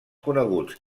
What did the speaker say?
coneguts